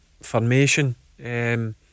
formation